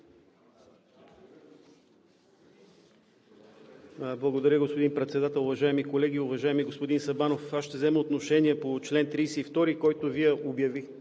Благодаря господин Председател. Уважаеми колеги, уважаеми господин Сабанов! Аз ще взема отношение по чл. 32, по който Вие ни обвинихте,